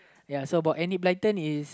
ya so about Enid-Blyton is